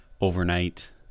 overnight